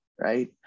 right